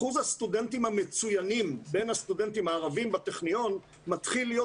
אחוז הסטודנטים המצוינים בין הסטודנטים הערבים בטכניון מתחיל להיות